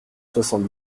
soixante